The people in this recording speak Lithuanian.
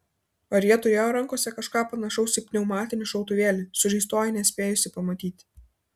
ar jie turėjo rankose kažką panašaus į pneumatinį šautuvėlį sužeistoji nespėjusi pamatyti